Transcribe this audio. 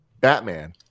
batman